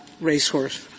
racehorse